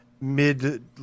mid